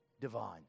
divine